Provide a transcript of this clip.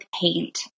paint